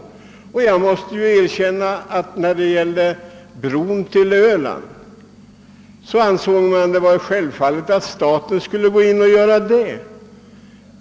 När det var tal om att bygga en bro till Öland ansågs det självklart att staten skulle svara för det.